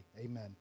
amen